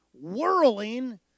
whirling